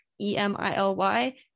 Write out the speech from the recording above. E-M-I-L-Y